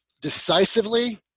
decisively